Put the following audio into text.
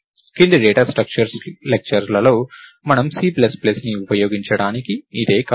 కింది data structures లెక్చర్లలో మనం సి ప్లస్ ప్లస్ని ఉపయోగించటానికి ఇదే కారణం